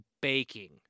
baking